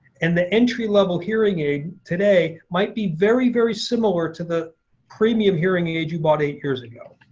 and the entry level hearing aid today might be very, very similar to the premium hearing aid you bought eight years ago.